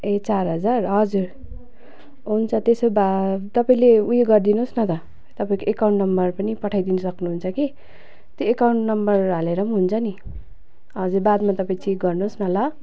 ए चार हजार हजुर हुन्छ त्यसो भए तपाईँले उयो गरिदिनुहोस् न त तपाईँको अकाउन्ट नम्बर पनि पठाइदिनु सक्नुहुन्छ कि त्यो अकाउन्ट नम्बर हालेर पनि हुन्छ नि हजुर बादमा तपाईँ चेक गर्नुहोस् न ल